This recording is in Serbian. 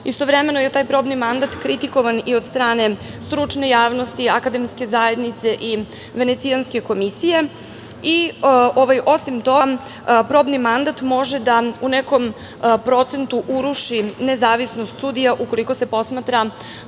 rezultate. Istovremeno je taj probni mandat kritikovan i od strane stručne javnosti, akademske zajednice i Venecijanske komisije i, osim toga, probni mandat može da u nekom procentu uruši nezavisnost sudija ukoliko se posmatra